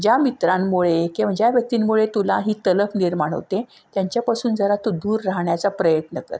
ज्या मित्रांमुळे किंवा ज्या व्यक्तींमुळे तुला ही तलफ निर्माण होते त्यांच्यापासून जरा तू दूर राहण्याचा प्रयत्न कर